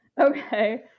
Okay